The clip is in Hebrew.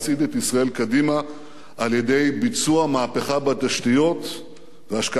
קדימה על-ידי ביצוע מהפכה בתשתיות והשקעה בחינוך.